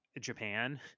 japan